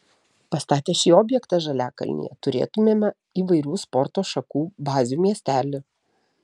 pastatę šį objektą žaliakalnyje turėtumėme įvairių sporto šakų bazių miestelį